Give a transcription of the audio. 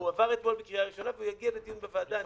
הוא עבר אתמול בקריאה ראשונה והוא יגיע לדיון בוועדה.